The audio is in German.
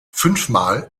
fünfmal